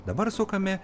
dabar sukame